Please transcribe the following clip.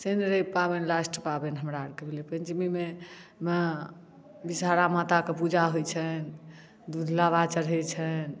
शनि रवि पाबनि लास्ट पाबनि हमरा आरके भेलै पंचमी मे विषहरा माता के पूजा होइ छनि दूध लाबा चढ़ै छनि